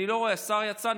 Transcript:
אני לא רואה, השר יצא,